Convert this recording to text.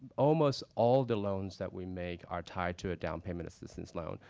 almost all the loans that we make are tied to a down payment assistance loan.